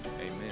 Amen